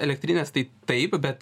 elektrinės tai taip bet